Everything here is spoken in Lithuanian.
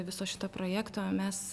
viso šito projekto mes